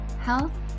health